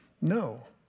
No